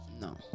No